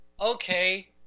okay